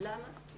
למה?